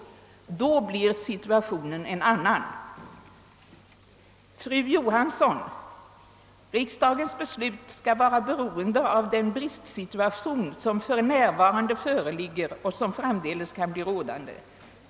Då blir situationen en annan.» Fru Johansson sade: »Riksdagens beslut skall vara beroende av den bristsituation som för närvarande föreligger och som framdeles kan bli rådande.